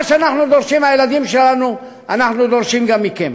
מה שאנחנו דורשים מהילדים שלנו אנחנו דורשים גם מכם.